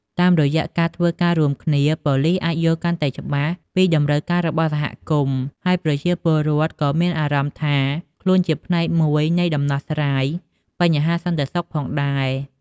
តាមរយៈការធ្វើការរួមគ្នា ប៉ូលិសអាចយល់កាន់តែច្បាស់ពីតម្រូវការរបស់សហគមន៍ ហើយប្រជាពលរដ្ឋក៏មានអារម្មណ៍ថាខ្លួនជាផ្នែកមួយនៃដំណោះស្រាយបញ្ហាសន្តិសុខផងដែរ។